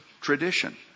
tradition